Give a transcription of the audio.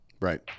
Right